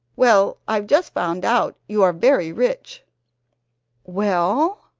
well, i've just found out you are very rich well?